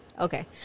Okay